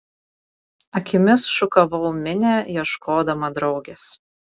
akimis šukavau minią ieškodama draugės